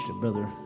brother